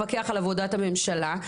לפקח על עבודת הממשלה.